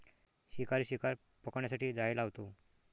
शिकारी शिकार पकडण्यासाठी जाळे लावतो